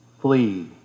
Flee